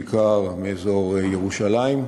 בעיקר מאזור ירושלים.